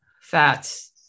fats